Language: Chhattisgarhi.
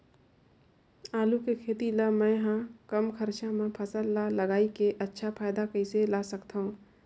आलू के खेती ला मै ह कम खरचा मा फसल ला लगई के अच्छा फायदा कइसे ला सकथव?